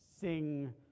Sing